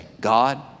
God